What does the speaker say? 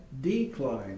decline